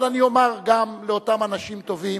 אבל אני אומר גם לאותם אנשים טובים,